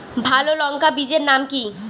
ভালো লঙ্কা বীজের নাম কি?